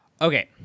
Okay